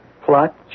Plot